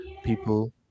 people